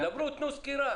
סוגיות צרכניות?